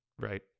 Right